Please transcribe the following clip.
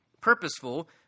purposeful